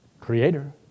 creator